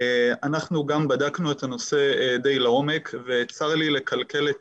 אנחנו גם בדקנו את הנושא די לעומק וצר לי לקלקל את